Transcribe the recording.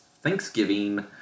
Thanksgiving